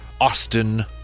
Austin